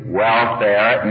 welfare